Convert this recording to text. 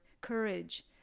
courage